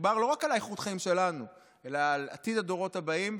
מדובר לא רק על איכות החיים שלנו אלא על עתיד הדורות הבאים.